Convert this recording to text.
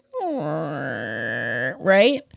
Right